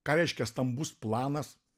ką reiškia stambus planas